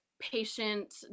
patient